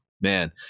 man